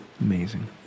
amazing